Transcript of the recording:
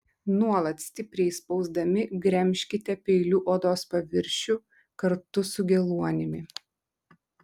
nuolat stipriai spausdami gremžkite peiliu odos paviršių kartu su geluonimi